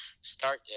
start